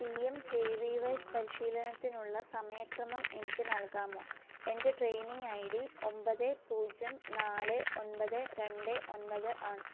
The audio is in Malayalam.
P M K V Y പരിശീലനത്തിനുള്ള സമയക്രമം എനിക്ക് നൽകാമോ എന്റെ ട്രെയിനിങ് ഐ ഡി ഒമ്പത് പൂജ്യം നാല് ഒമ്പത് രണ്ട് ഒമ്പത് ആണ്